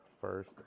first